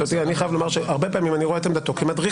אותי אני רוצה לומר שהרבה פעמים אני רואה את עמדתו כמדריכה.